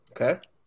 Okay